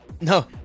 no